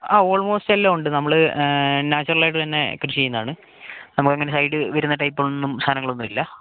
ആ ഓള്മോസ്റ്റ് എല്ലാം ഉണ്ട് നമ്മൾ നാച്ചുറൽ ആയിട്ട് തന്നെ കൃഷി ചെയ്യുന്നതാണ് നമുക്ക് അങ്ങനെ ഹൈഡ് വരുന്ന ടൈപ്പ് ഒന്നും സാധനങ്ങളൊന്നും ഇല്ല